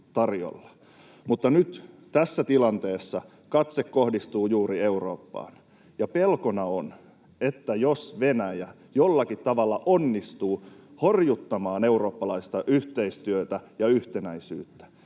Mutta nyt tässä tilanteessa katse kohdistuu juuri Eurooppaan, ja pelkona on, että jos Venäjä jollakin tavalla onnistuu horjuttamaan eurooppalaista yhteistyötä ja yhtenäisyyttä,